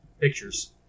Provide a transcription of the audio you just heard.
pictures